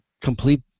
complete